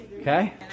okay